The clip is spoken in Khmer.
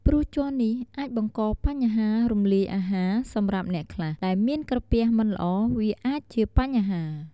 ព្រោះជ័រនេះអាចបង្កបញ្ហារំលាយអាហារសម្រាប់អ្នកខ្លះ ដែលមានក្រពះមិនល្អវាអាចជាបញ្ហា។